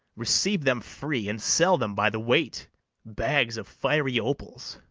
receive them free, and sell them by the weight bags of fiery opals,